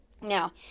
Now